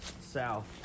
south